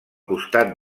costat